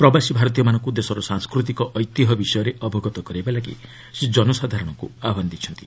ପ୍ରବାସୀ ଭାରତୀୟମାନଙ୍କୁ ଦେଶର ସାଂସ୍କୃତିକ ଐତିହ୍ୟ ବିଷୟରେ ଅବଗତ କରାଇବା ଲାଗି ସେ ଜନସାଧାରଣଙ୍କୁ ଆହ୍ୱାନ ଦେଇଛନ୍ତି